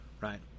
right